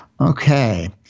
Okay